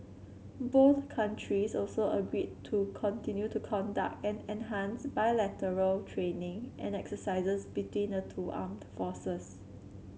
both countries also agreed to continue to conduct and enhance bilateral training and exercises between the two armed forces